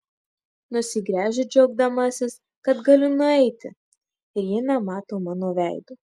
nusigręžiu džiaugdamasis kad galiu nueiti ir ji nemato mano veido